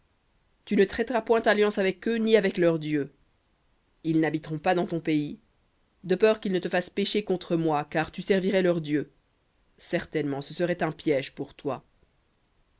tu ne traiteras point alliance avec eux ni avec leurs dieux ils n'habiteront pas dans ton pays de peur qu'ils ne te fassent pécher contre moi car tu servirais leurs dieux certainement ce serait un piège pour toi